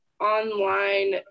online